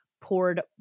poured